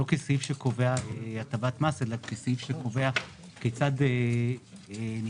לא כסעיף שקובע הטבת מס אלא כסעיף שקובע כיצד ניתן